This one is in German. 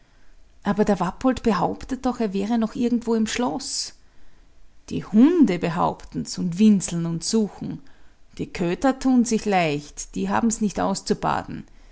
aber der wappolt behauptet doch er wäre noch irgendwo im schloß die hunde behaupten's und winseln und suchen die köter tun sich leicht die haben's nicht auszubaden